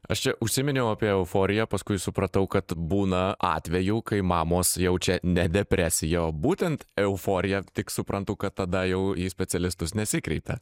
aš čia užsiminiau apie euforiją paskui supratau kad būna atvejų kai mamos jaučia ne depresiją o būtent euforiją tik suprantu kad tada jau į specialistus nesikreipia